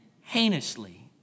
heinously